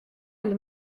elle